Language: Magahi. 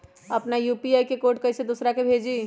अपना यू.पी.आई के कोड कईसे दूसरा के भेजी?